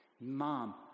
Mom